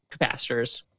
capacitors